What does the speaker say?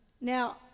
now